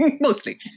Mostly